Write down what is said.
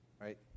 right